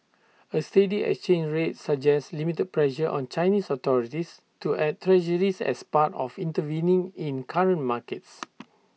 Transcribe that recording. A steady exchange rate suggests limited pressure on Chinese authorities to add Treasuries as part of intervening in currency markets